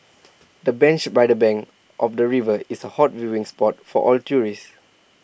the bench by the bank of the river is A hot viewing spot for all tourists